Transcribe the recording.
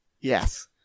Yes